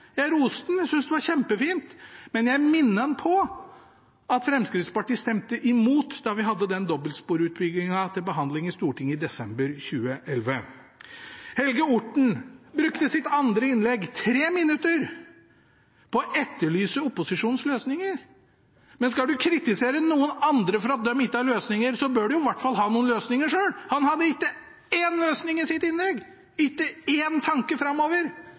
Jeg roste ham. Jeg syntes det var kjempefint, men jeg minnet ham på at Fremskrittspartiet stemte imot da vi hadde den dobbeltsporutbyggingen til behandling i Stortinget i desember 2011. Helge Orten brukte sitt andre innlegg – 3 minutter – på å etterlyse opposisjonens løsninger. Skal du kritisere noen andre for at de ikke har løsninger, bør du i hvert fall ha noen løsninger selv. Han hadde ikke én løsning i sitt innlegg. Ikke én tanke om hva han ville gjøre framover